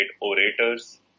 orators